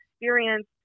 experience